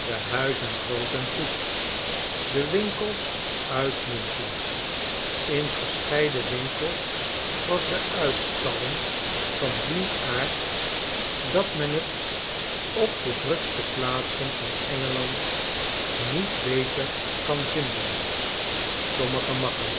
de huizen groot en goed de winkels uitmuntend in verscheiden winkels was de uitstalling van dien aard dat men t op de drukste plaatsen van e n g e a n d niet beter kan vinden sommige magazijnen